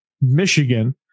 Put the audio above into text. Michigan